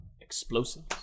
explosives